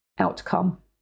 outcome